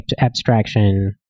abstraction